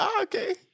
okay